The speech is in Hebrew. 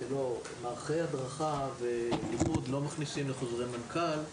מערכי הדרכה ולימוד לא מכניסים לחוזרי מנכ"ל,